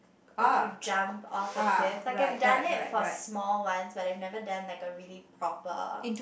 like you jump off a cliff I can done it for small ones but I never done like a really proper